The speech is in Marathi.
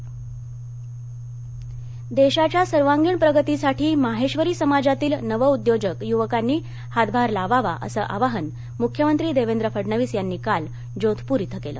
मुख्यमंत्री देशाच्या सर्वांगीण प्रगतीसाठी माहेबरी समाजातील नवउद्योजक युवकांनी हातभार लावावा असं आवाहन मुख्यमंत्री देवेंद्र फडणवीस यांनी काल जोधपूर इथं केलं